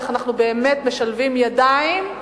ואיך אנחנו באמת משלבים ידיים,